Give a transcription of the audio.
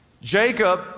Jacob